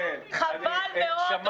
חבל מאוד,